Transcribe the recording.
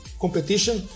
competition